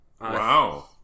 Wow